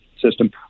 system